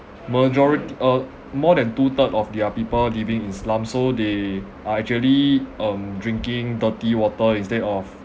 majorit~ uh more than two third of their people living in slums so they are actually um drinking dirty water instead of